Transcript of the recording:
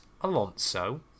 Alonso